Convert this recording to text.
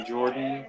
Jordan